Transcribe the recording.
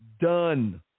Done